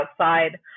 outside